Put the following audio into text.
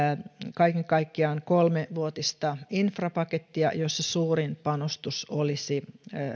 kaiken kaikkiaan kolmevuotista infrapakettia jossa suurin panostus olisi